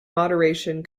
moderation